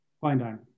Fine